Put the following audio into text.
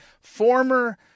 former